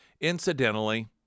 Incidentally